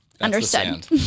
Understood